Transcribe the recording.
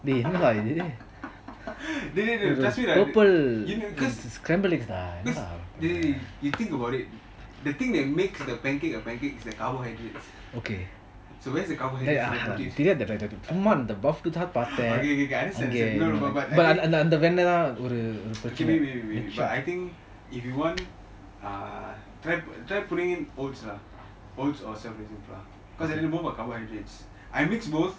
டேய் டேய் டேய்:dei dei dei trust me cause cause டேய்:dei you think about it the thing that makes the pancake a pancake is the carbohydrates so where is the carbohydrate okay okay I understand wait wait wait wait but I think if you want ah try try putting in oats lah oats or self raising flour because both are carbohydrates I mix both